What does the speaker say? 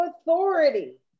authority